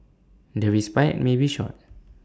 the respite may be short